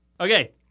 Okay